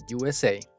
USA